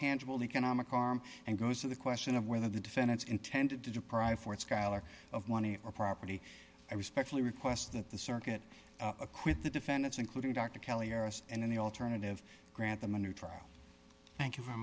tangible economic harm and goes to the question of whether the defendants intended to deprive ford skyler of money or property i respectfully request that the circuit acquit the defendants including dr kelly heiress and in the alternative grant them a new trial thank you very